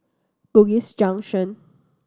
Bugis Junction